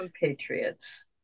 patriots